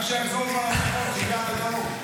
רק שיחזור כבר לצפון --- דרום.